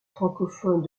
francophones